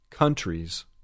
Countries